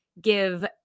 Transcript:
give